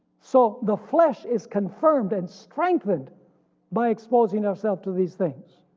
so the flesh is confirmed and strengthened by exposing ourselves to these things,